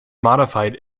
modified